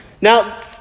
Now